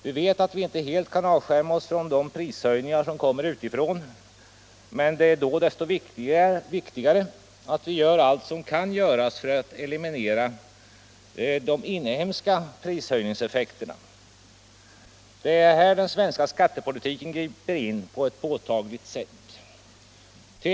Vi vet att vi inte kan helt avskärma oss från de prishöjningar som kommer utifrån, men det är då desto viktigare att vi gör allt vad som kan göras för att eliminera de inhemska prishöjningseffekterna. Det är här den svenska skattepolitiken griper in på ett påtagligt sätt.